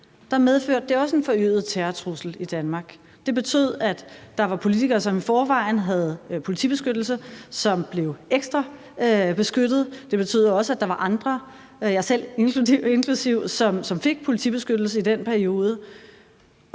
medførte det også en forøget terrortrussel i Danmark. Det betød, at der var politikere, som i forvejen havde politibeskyttelse, som blev ekstra beskyttet, og det betød også, at der var andre, mig selv inklusive, som fik politibeskyttelse i den periode.